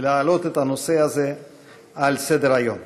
להעלות את הנושא הזה על סדר-היום.